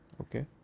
Okay